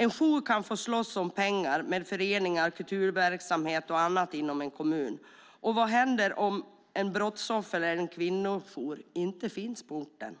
En jour kan få slåss om pengar med föreningar, kulturverksamhet och annat inom en kommun, och vad händer om en brottsoffer eller kvinnojour inte finns på orten?